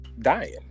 dying